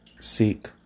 seek